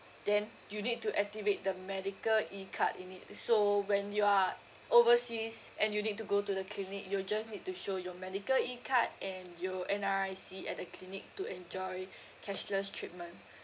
then you need to activate the medical E card in it so when you are overseas and you need to go to the clinic you will just need to show your medical E card and your N_R_I_C at the clinic to enjoy cashless treatment